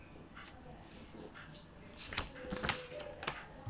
ya